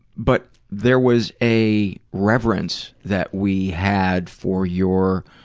but there was a reverence that we had for your.